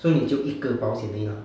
so 你就一个保险而已啦